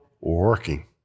working